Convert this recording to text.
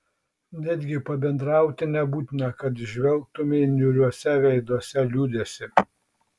netgi pabendrauti nebūtina kad įžvelgtumei niūriuose veiduose liūdesį